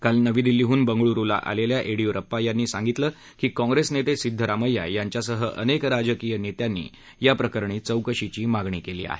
काल नवी दिल्लीहून बंगळूरला आलेल्या येडियुरप्पा यांनी सांगितलं की काँग्रेस नेते सिद्धरामय्या यांच्यासह अनेक राजकीय नेत्यांनी याप्रकरणी चौकशीची मागणी केली आहे